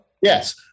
Yes